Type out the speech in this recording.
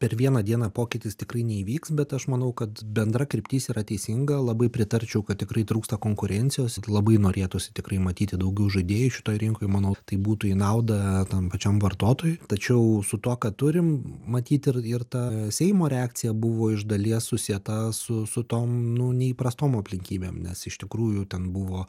per vieną dieną pokytis tikrai neįvyks bet aš manau kad bendra kryptis yra teisinga labai pritarčiau kad tikrai trūksta konkurencijos ir labai norėtųsi tikrai matyti daugiau žaidėjų šitoj rinkoj manau tai būtų į naudą tam pačiam vartotojui tačiau su tuo ką turim matyt ir ir ta seimo reakcija buvo iš dalies susieta su su tom nu neįprastom aplinkybėm nes iš tikrųjų ten buvo